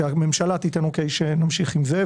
שהממשלה תיתן "אוקיי" כדי שנמשיך עם זה,